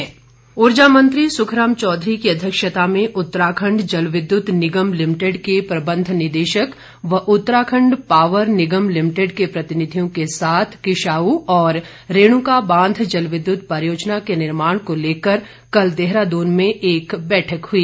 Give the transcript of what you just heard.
सुखराम बैठक ऊर्जा मंत्री सुख राम चौधरी की अध्यक्षता में उत्तराखंड जल विद्युत निगम लिमिटेड के प्रबन्ध निदेशक व उत्तराखंड पावर निगम लिमिटेड के प्रतिनिधियों के साथ किशाऊ और रेणुका बांध जल विद्युत परियोजना के निर्माण को लेकर कल देहरादून में एक बैठक हुई